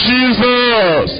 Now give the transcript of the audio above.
Jesus